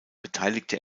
beteiligte